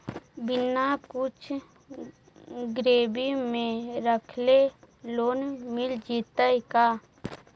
बिना कुछ गिरवी मे रखले लोन मिल जैतै का?